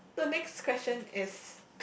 but next question is